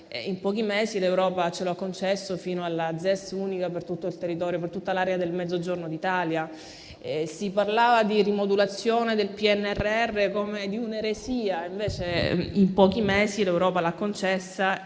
In pochi mesi l'Europa ce lo ha concesso, fino alla ZES unica per tutta l'area del Mezzogiorno d'Italia. Si parlava di rimodulazione del PNRR come di un'eresia. Invece, in pochi mesi l'Europa l'ha concessa